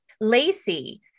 Lacey